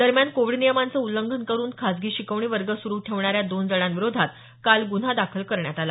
दरम्यान कोविड नियमांचं उल्लंघन करून खासगी शिकवणी वर्ग सुरू ठेवणाऱ्या दोन जणांविरोधात काल गुन्हा दाखल करण्यात आला